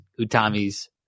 Utami's